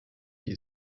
view